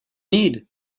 need